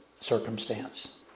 circumstance